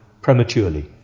prematurely